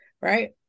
right